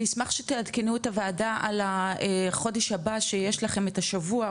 אני אשמח שתעדכנו את הוועדה על החודש הבא שיש לכם את השבוע,